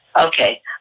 Okay